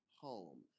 Home